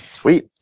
sweet